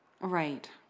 Right